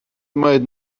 might